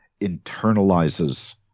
internalizes